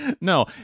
no